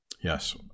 Yes